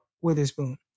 Witherspoon